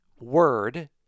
word